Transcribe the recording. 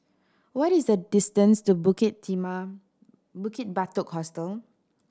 what is the distance to Bukit Bukit Batok Hostel